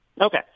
okay